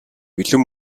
бэлэн